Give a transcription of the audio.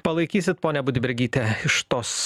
palaikysit ponia budbergyte iš tos